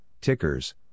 tickers